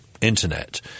internet